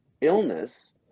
illness